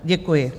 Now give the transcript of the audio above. Děkuji.